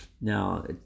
Now